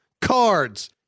cards